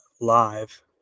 live